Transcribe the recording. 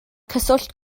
cyswllt